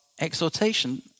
exhortation